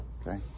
okay